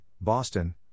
Boston